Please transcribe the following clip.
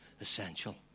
essential